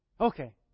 okay